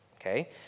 Okay